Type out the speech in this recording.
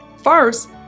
First